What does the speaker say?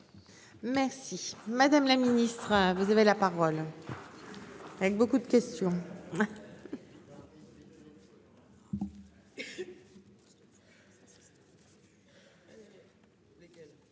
Merci madame la ministre vous avez la parole. Avec beaucoup de questions.